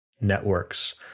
networks